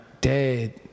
dead